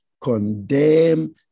condemn